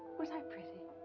was i pretty?